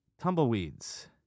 tumbleweeds